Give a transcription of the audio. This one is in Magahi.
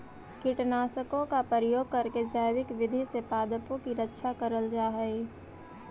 कीटनाशकों का प्रयोग करके जैविक विधि से पादपों की रक्षा करल जा हई